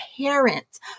parents